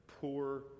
poor